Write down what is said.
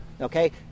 Okay